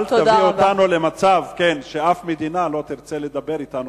אל תביאו אותנו למצב שאף מדינה לא תרצה לדבר אתנו,